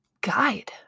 guide